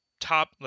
top